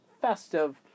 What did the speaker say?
festive